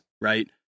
right